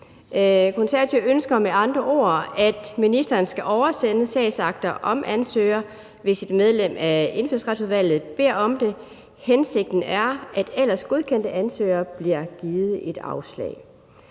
Konservative ønsker med andre ord, at ministeren skal oversende sagsakter om ansøgere, hvis et medlem af Indfødsretsudvalget beder om det. Hensigten er, at ellers godkendte ansøgere bliver givet et afslag.